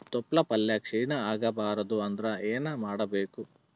ತೊಪ್ಲಪಲ್ಯ ಕ್ಷೀಣ ಆಗಬಾರದು ಅಂದ್ರ ಏನ ಮಾಡಬೇಕು?